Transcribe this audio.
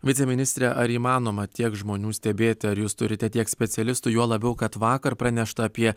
viceministre ar įmanoma tiek žmonių stebėti ar jūs turite tiek specialistų juo labiau kad vakar pranešta apie